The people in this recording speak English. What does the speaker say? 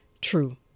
True